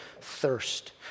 thirst